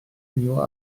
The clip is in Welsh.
cinio